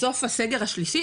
בסוף הסגר השלישי,